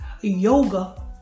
Yoga